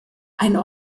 ein